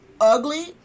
ugly